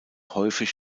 häufig